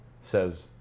says